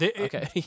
Okay